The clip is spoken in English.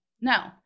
No